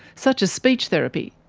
such as speech therapy.